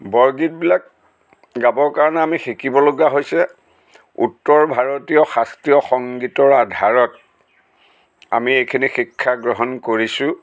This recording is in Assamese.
বৰগীতবিলাক গাবৰ কাৰণে আমি শিকিবলগা হৈছে উত্তৰ ভাৰতীয় শাস্ত্ৰীয় সংগীতৰ আধাৰত আমি এইখিনি শিক্ষা গ্ৰহণ কৰিছোঁ